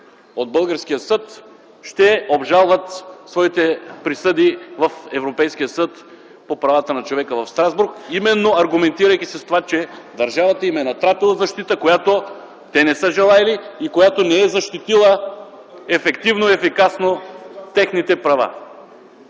от българския съд, ще обжалват своите присъди в Европейския съд по правата на човека в Страсбург, именно аргументирайки се с това, че държавата им е натрапила защита, която те не са желаели и която не е защитила ефективно и ефикасно техните права.